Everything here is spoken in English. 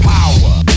Power